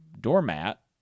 doormat